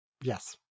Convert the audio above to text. Yes